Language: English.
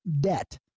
debt